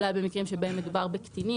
או במקרים שבהם מדובר בקטינים.